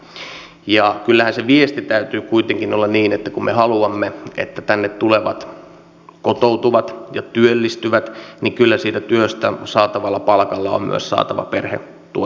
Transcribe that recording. kyllähän se viesti täytyy kuitenkin olla niin että kun me haluamme että tänne tulevat kotoutuvat ja työllistyvät niin kyllä siitä työstä saatavalla palkalla on myös saatava perhe tuoda suomeen